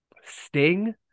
sting